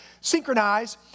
synchronize